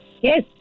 Yes